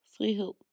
Frihed